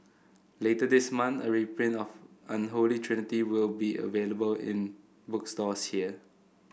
later this month a reprint of Unholy Trinity will be available in bookstores here